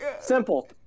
Simple